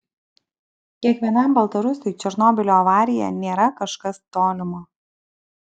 kiekvienam baltarusiui černobylio avarija nėra kažkas tolimo